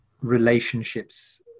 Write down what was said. relationships